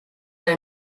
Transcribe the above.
are